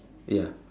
ya